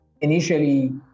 initially